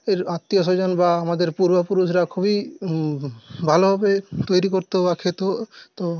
আত্মীয় স্বজন বা আমাদের পূর্বপুরুষরা খুবই ভালোভাবে তৈরি করতো বা খেত তো